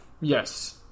Yes